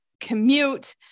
commute